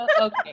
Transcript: okay